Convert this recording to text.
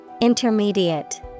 Intermediate